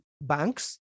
banks